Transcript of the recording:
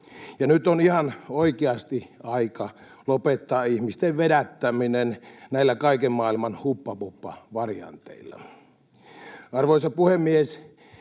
nyt on ihan oikeasti aika lopettaa ihmisten vedättäminen näillä kaiken maailman ”hubbabubbavarianteilla”. Arvoisa puhemies!